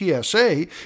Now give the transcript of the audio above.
PSA